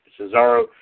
Cesaro